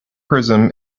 prism